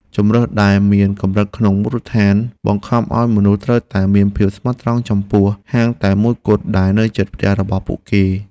ជម្រើសដែលមានកម្រិតក្នុងមូលដ្ឋានបង្ខំឱ្យមនុស្សត្រូវតែមានភាពស្មោះត្រង់ចំពោះហាងតែមួយគត់ដែលនៅជិតផ្ទះរបស់ពួកគេ។